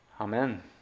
Amen